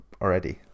already